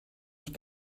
ich